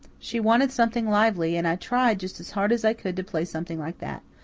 she wanted something lively, and i tried just as hard as i could to play something like that.